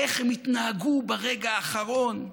איך הם יתנהגו ברגע האחרון.